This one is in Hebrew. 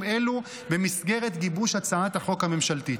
אלו במסגרת גיבוש הצעת החוק הממשלתית.